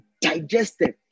digested